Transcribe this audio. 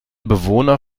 bewohner